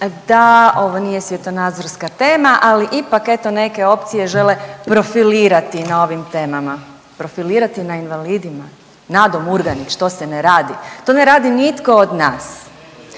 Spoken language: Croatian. da ovo nije svjetonazorska tema, ali ipak eto neke opcije žele profilirati na ovim temama, profilirati na invalidima? Nado Murganić, to se ne radi. To ne radi nitko od nas.